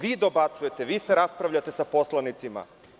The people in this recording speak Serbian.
Vi dobacujete, vi se raspravljate sa poslanicima.